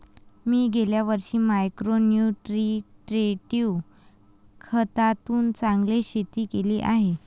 मी गेल्या वर्षी micro nutritive खतातून चांगले शेती केली आहे